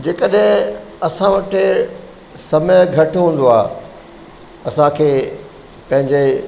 जेकॾहिं असां वटि समय घटि हूंदो आहे असांखे पंहिंजे